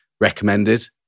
Recommended